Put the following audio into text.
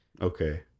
Okay